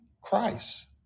Christ